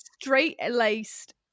straight-laced